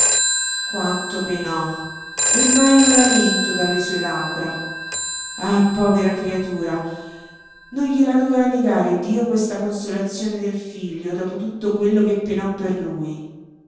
quanto penò e mai un lamento dalle sue labbra ah povera creatura non gliela doveva negare dio questa consolazione del figlio dopo tutto quello che penò per lui